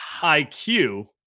IQ